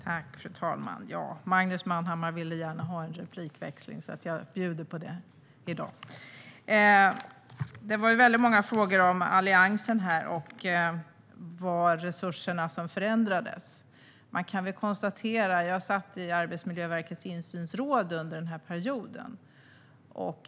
Fru talman! Magnus Manhammar ville gärna ha en replikväxling, så jag bjuder på det i dag. Det var många frågor om Alliansen här och om resurserna som förändrades. Jag satt i Arbetsmiljöverkets insynsråd under den här perioden.